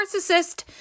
narcissist